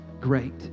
great